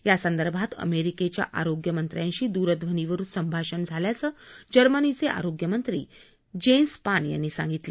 या संदर्भात अमेरिकेच्या आरोग्य मंत्र्यांशी दूरध्वनीवरून संभाषण झाल्याचं जर्मनीचे आरोग्यमंत्री जेन्स स्पान यांनी सांगितलं